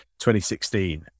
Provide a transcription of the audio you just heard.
2016